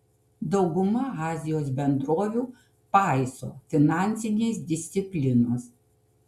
dauguma azijos bendrovių paiso finansinės disciplinos